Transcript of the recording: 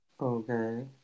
Okay